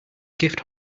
gift